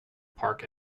park